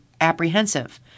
apprehensive